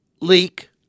leak